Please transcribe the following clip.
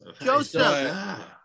joseph